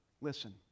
listen